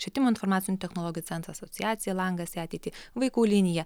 švietimo informacinių technologijų centras asociacija langas į ateitį vaikų linija